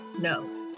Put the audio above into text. no